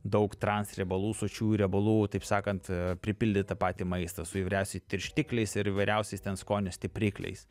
daug transriebalų sočiųjų riebalų taip sakant pripildytą patį maistą su įvairiausiais tirštikliais ir įvairiausiais ten skonio stiprikliais